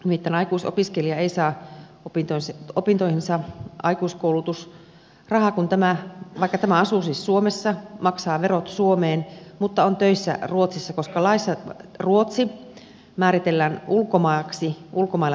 nimittäin aikuisopiskelija ei saa opintoihinsa aikuiskoulutusrahaa vaikka tämä asuu siis suomessa maksaa verot suomeen kun on töissä ruotsissa koska laissa ruotsi määritellään ulkomaaksi tämä ulkomailla työskentelyksi